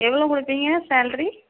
எவ்வளோ கொடுப்பீங்க சேல்ரி